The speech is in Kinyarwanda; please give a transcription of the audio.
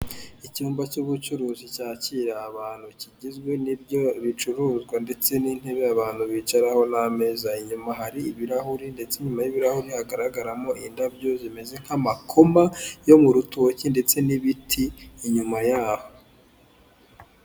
Icyumba cy'ubucuruzi cyakira abantu kigizwe n'ibyo bicuruzwa ndetse n'intebe abantu bicaraho n'ameza, inyuma hari ibirahuri ndetse inyuma y'ibirahuri hagaragaramo indabyo zimeze nk'amakoma yo mu rutoki ndetse n'ibiti inyuma yaho.